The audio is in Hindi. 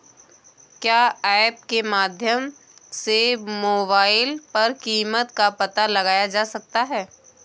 क्या ऐप के माध्यम से मोबाइल पर कीमत का पता लगाया जा सकता है?